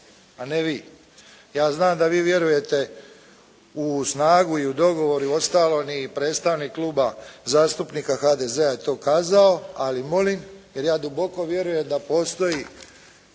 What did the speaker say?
a ne vi. Ja znam da vi vjerujete u snagu i u dogovor i ostalo i predstavnik Kluba zastupnika HDZ-a je to kazao ali molim jer ja duboko vjerujem da postoji